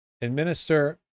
Administer